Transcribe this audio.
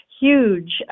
huge